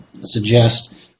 suggest